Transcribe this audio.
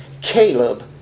Caleb